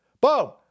Boom